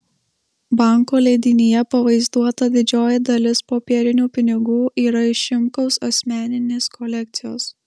banko leidinyje pavaizduota didžioji dalis popierinių pinigų yra iš šimkaus asmeninės kolekcijos